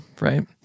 right